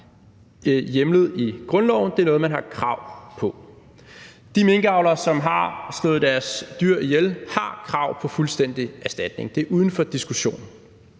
hjemlet i grundloven. Det er noget, man har krav på. De minkavlere, som har slået deres dyr ihjel, har krav på fuldstændig erstatning. Det er uden for diskussion.